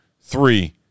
three